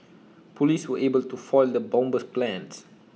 Police were able to foil the bomber's plans